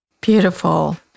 Beautiful